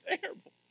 terrible